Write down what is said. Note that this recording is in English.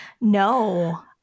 No